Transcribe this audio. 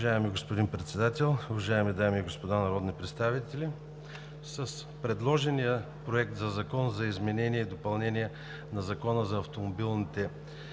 Уважаеми господин Председател, уважаеми дами и господа народни представители! С предложения Законопроект за изменение и допълнение на Закона за автомобилните превози